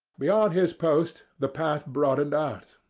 beyond his post the path broadened out,